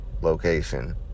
location